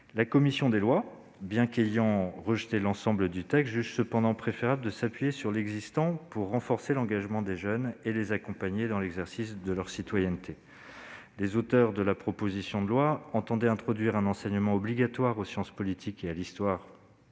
La commission des lois, bien qu'ayant rejeté l'ensemble du texte, juge cependant préférable de s'appuyer sur l'existant pour renforcer l'engagement des jeunes et les accompagner dans l'exercice de leur citoyenneté. Les auteurs de la proposition de loi entendaient introduire un enseignement obligatoire aux sciences politiques et à l'histoire